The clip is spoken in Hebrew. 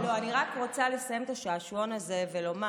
לא, אני רק רוצה לסיים את השעשועון הזה ולומר